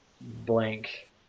blank